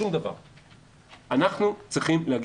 50. תודה מתן.